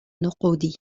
نقودي